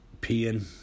peeing